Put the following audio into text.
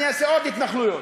אני אעשה עוד התנחלויות.